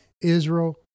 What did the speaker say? Israel